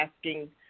asking